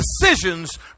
decisions